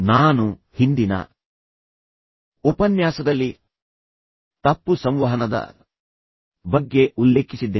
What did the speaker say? ನಾನು ಹಿಂದಿನ ಉಪನ್ಯಾಸದಲ್ಲಿ ತಪ್ಪು ಸಂವಹನದ ಬಗ್ಗೆ ಉಲ್ಲೇಖಿಸಿದ್ದೇನೆ